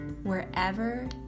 wherever